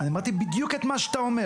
זה נכון, הוא חיזק אותך.